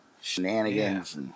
Shenanigans